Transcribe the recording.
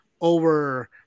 over